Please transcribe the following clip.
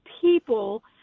people